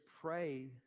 pray